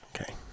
Okay